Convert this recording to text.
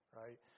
right